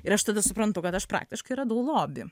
ir aš tada suprantu kad aš praktiškai radau lobį